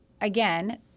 again